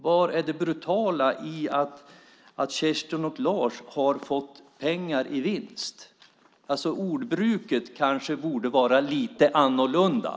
Var finns det brutala i att Kerstin och Lars gjort en vinst och fått pengar när de sålt sitt hus? Ordvalet borde kanske ha varit ett annat.